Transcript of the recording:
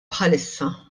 bħalissa